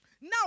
Now